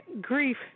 grief